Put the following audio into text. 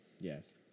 Yes